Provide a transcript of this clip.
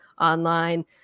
online